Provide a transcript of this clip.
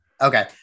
okay